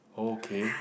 okay